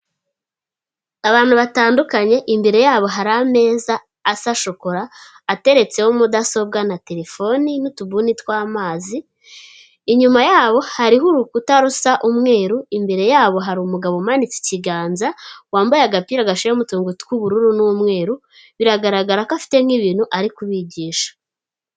Abantu batandukanye imbere yabo hari ameza asa shokora, ateretseho mudasobwa na telefoni n'ubuni tw'amazi, inyuma yabo hariho urukuta rusa umweru, imbere yabo hari umugabo umanitse ikiganza, wambaye agapira gacoyemo uturongo tw'ubururu n'umweru, biragaragara ko afite nk'ibintu ari kubigisha.